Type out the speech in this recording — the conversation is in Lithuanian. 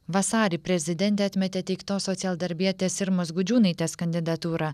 vasarį prezidentė atmetė teiktos socialdarbietės irmos gudžiūnaitės kandidatūrą